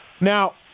Now